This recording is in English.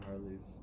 Harleys